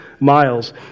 Miles